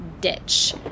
ditch